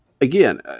again